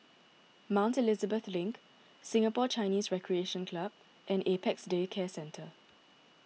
Mount Elizabeth Link Singapore Chinese Recreation Club and Apex Day Care Centre